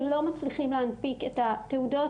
שלא מצליחים להנפיק את התעודות,